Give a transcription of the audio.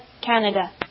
Canada